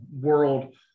world